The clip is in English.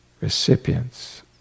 recipients